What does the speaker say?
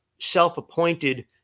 self-appointed